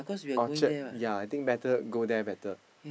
Orchard yea I think better go there better